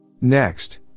Next